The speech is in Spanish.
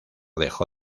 dejó